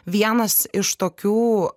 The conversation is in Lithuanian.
vienas iš tokių